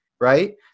right